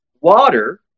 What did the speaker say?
water